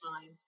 time